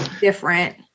different